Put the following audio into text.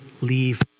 leave